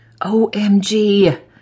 OMG